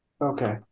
Okay